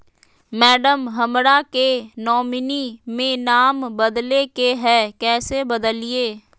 madam, हमरा के nominee में नाम बदले के हैं, कैसे बदलिए